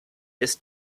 des